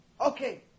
Okay